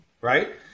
right